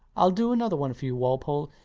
i'll do another one for you, walpole,